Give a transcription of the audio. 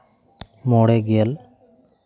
ᱢᱚᱬᱮ ᱜᱮᱞ